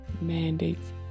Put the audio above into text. mandates